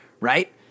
right